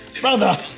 Brother